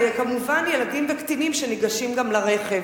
כמובן גם ילדים וקטינים שניגשים לרכב.